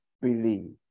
believe